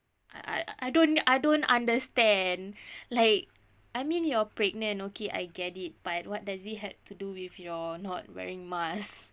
I I I don't I don't understand like I mean you're pregnant okay I get it but what does it have to do with your not wearing mask